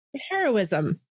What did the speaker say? heroism